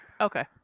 okay